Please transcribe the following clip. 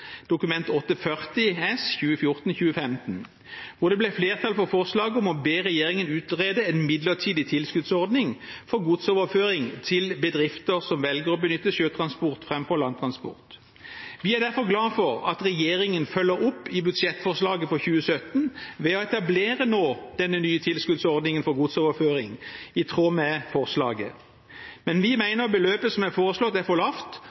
Dokument 8:40 S for 2014–2015, og det ble flertall for forslaget om å be regjeringen utrede en midlertidig tilskuddsordning for godsoverføring til bedrifter som velger å benytte sjøtransport framfor landtransport. Vi er derfor glad for at regjeringen følger opp i budsjettforslaget for 2017 ved nå å etablere denne nye tilskuddsordningen for godsoverføring, i tråd med forslaget. Men vi mener beløpet som er foreslått, er for lavt,